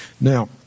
Now